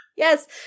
Yes